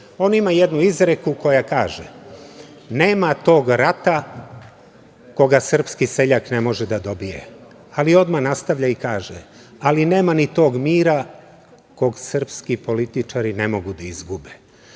On ima jednu izreku koja kaže: „Nema tog rata koga srpski seljak ne može da dobije“, ali odmah nastavlja i kaže: „Ali, nema ni tog mira, kog srpski političari ne mogu da izgube“.Sada